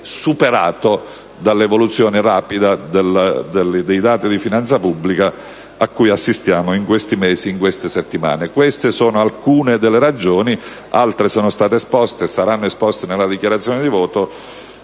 superato dall'evoluzione rapida dei dati di finanza pubblica a cui assistiamo in questi mesi e in queste settimane. Queste sono alcune delle ragioni (altre sono state già esposte, e altre ancora saranno esposte nella dichiarazione di voto